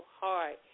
hard